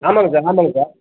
ஆமாங்க சார் ஆமாங்க சார்